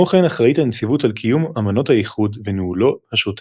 כמו כן אחראית הנציבות על קיום אמנות האיחוד וניהולו השוטף.